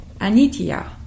anitya